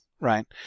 right